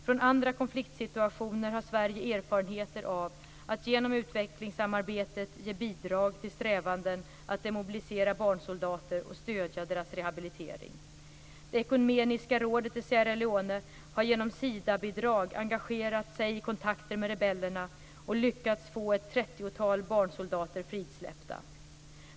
Från andra konfliktsituationer har Sverige erfarenheter av att genom utvecklingssamarbetet ge bidrag till strävanden att demobilisera barnsoldater och stödja deras rehabilitering. Det ekumeniska rådet i Sierra Leone har genom Sidabidrag engagerat sig i kontakter med rebellerna och lyckats få ett trettiotal barnsoldater frisläppta.